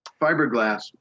fiberglass